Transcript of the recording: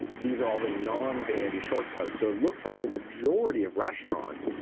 these are all the non-vanity short codes. so it looks like the majority of restaurants,